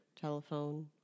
telephone